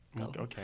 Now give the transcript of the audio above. Okay